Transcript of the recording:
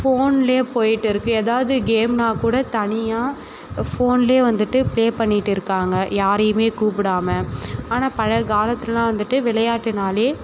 ஃபோனில் போயிட்டு இருக்குது ஏதாவது கேம்னா கூட தனியாக ஃபோனில் வந்துட்டு ப்ளே பண்ணிட்டு இருக்காங்க யாரையும் கூப்புடாம ஆனால் பழங்காலத்துலலாம் வந்துட்டு விளையாட்டுனாலே